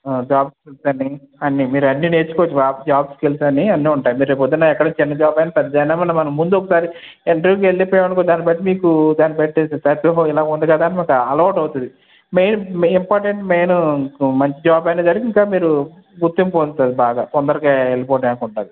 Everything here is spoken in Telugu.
ఆ జాబ్ స్కిల్స్ అన్ని అన్నీ మీరు అన్నీ నేర్చుకోవచ్చు జాబ్ జాబ్స్ స్కిల్స్ అని అన్నీ ఉంటయి మీరు రేపు పొద్దున ఎక్కడైనా చిన్న జాబ్ అయినా పెద్దది అయినా మన మనం ముందు ఒకసారి ఇంటర్వ్యూకి వెళ్ళిపోయాము అనుకో దాన్నిబట్టి తెలుస్తుంది ఓహో ఇలా ఉంది కదా అని ఒక అలవాటు అవుతుంది మెయిన్ ఇంపార్టెంట్ మెయిను మీకు మంచి జాబ్ అయినా సరే ఇంకా మీరు గుర్తింపు పొందుతారు బాగా తొందరగా వెళ్ళిపోడానికి ఉంటుంది